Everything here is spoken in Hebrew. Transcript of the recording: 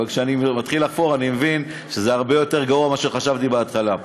אבל כשאני מתחיל לחפור אני מבין שזה הרבה יותר גרוע ממה שחשבתי בהתחלה.